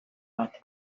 bat